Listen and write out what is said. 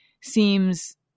seems